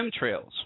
chemtrails